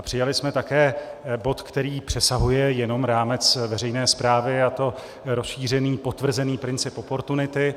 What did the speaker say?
Přijali jsme také bod, který přesahuje jenom rámec veřejné správy, a to rozšířený potvrzený princip oportunity.